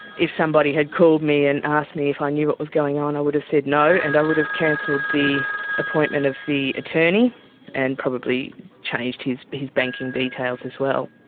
if somebody had called me and asked me if i knew what was going on, i would have said no and i would have cancelled the appointment of the attorney and probably changed his his banking details as well.